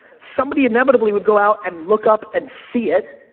somebody inevitably would go out and look up and see it.